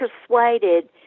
persuaded